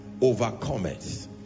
overcometh